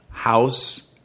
house